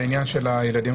בעניין של הילדים.